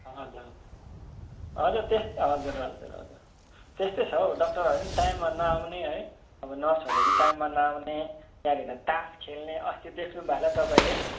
हजुर हजुर त्यस हजुर हजुर हजुर हजुर त्यस्तै छ हौ डक्टरहरू पनि टाइममा नआउने है अब नर्सहरू पनि टाइममा नआउने त्यहाँनिर तास खेल्ने अस्ति देख्नुभयो होला तपाईँले